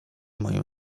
moim